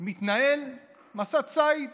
מתנהל מסע ציד